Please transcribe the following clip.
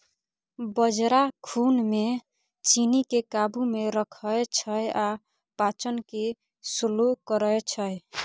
बजरा खुन मे चीन्नीकेँ काबू मे रखै छै आ पाचन केँ स्लो करय छै